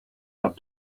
out